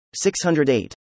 608